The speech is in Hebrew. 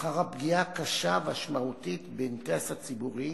אחר הפגיעה הקשה והמשמעותית באינטרס הציבורי,